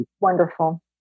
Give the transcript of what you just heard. Wonderful